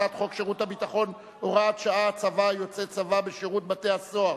שירות הביטחון (הוראת שעה) (הצבת יוצאי צבא בשירות בתי-הסוהר)